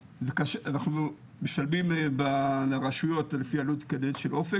ואנחנו משלמים לרשויות לפי עלות כדאית של אופק